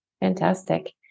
Fantastic